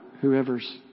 whoever's